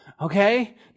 Okay